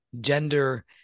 gender